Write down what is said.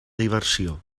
diversió